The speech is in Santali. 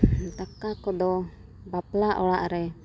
ᱫᱟᱠᱟ ᱠᱚᱫᱚ ᱵᱟᱯᱞᱟ ᱚᱲᱟᱜ ᱨᱮ